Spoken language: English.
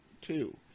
two